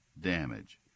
damage